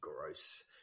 gross